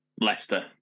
Leicester